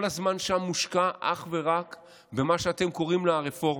כל הזמן שם מושקע אך ורק במה שאתם קוראים לו "הרפורמה".